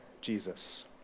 Jesus